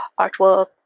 artwork